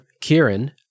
Kieran